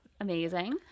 Amazing